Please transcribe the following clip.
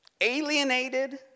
alienated